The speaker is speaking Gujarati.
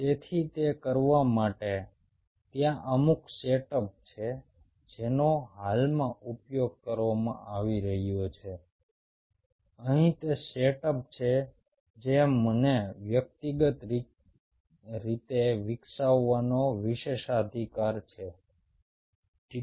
તેથી તે કરવા માટે ત્યાં અમુક સેટઅપ છે જેનો હાલમાં ઉપયોગ કરવામાં આવી રહ્યો છે અહીં તે સેટઅપ છે જે મને વ્યક્તિગત રીતે વિકસાવવાનો વિશેષાધિકાર છે ઠીક